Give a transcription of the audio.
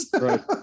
Right